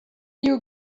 you